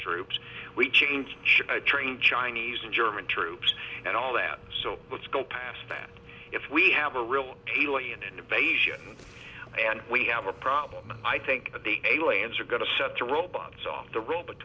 troops we change train chinese and german troops and all that so let's go past than if we have a real alien invasion and we have a problem i think the aliens are going to set the robots on the robot